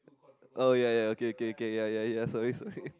oh ya ya ya okay okay ya ya ya sorry sorry